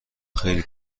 خیلی